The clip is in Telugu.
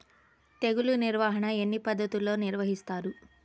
తెగులు నిర్వాహణ ఎన్ని పద్ధతులలో నిర్వహిస్తారు?